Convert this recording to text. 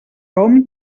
hom